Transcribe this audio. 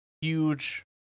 huge